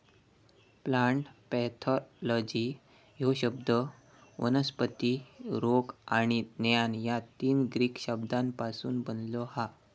plant pathology ह्यो शब्द वनस्पती रोग आणि ज्ञान या तीन ग्रीक शब्दांपासून बनलो हा